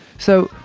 so,